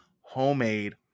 homemade